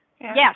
Yes